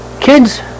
Kids